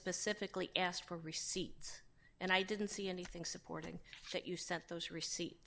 specifically asked for a receipt and i didn't see anything supporting that you sent those receipt